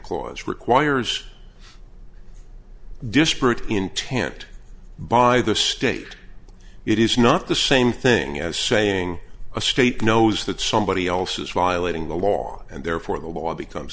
clause requires disparate intent by the state it is not the same thing as saying a state knows that somebody else is violating the law and therefore the law becomes